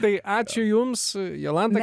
tai ačiū jums jolanta